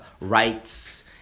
rights